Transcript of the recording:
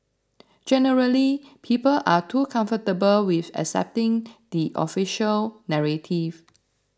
generally people are too comfortable with accepting the official narrative